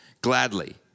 gladly